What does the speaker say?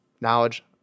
Knowledge